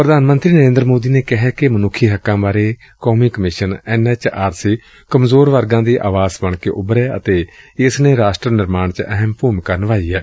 ਪ੍ਧਾਨ ਮੰਤਰੀ ਨਰੇਂਦਰ ਮੋਦੀ ਨੇ ਕਿਹੈ ਕਿ ਮਨੁੱਖੀ ਹੱਕਾਂ ਬਾਰੇ ਕੌਮੀ commission N H R C ਕਮਜ਼ੋਰ ਵਰਗਾਂ ਦੀ ਆਵਾਜ਼ ਬਣ ਕੇ ਉਭਰਿਐ ਅਤੇ ਇਸ ਨੇ ਰਾਸ਼ਟਰ ਨਿਰਮਾਣ ਚ ਅਹਿਮ ਭੁਮਿਕਾ ਨਿਭਾਈ ਏ